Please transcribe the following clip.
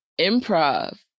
improv